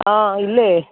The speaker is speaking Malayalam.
ആ ഇല്ലേ